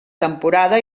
temporada